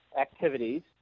activities